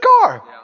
car